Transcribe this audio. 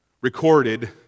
recorded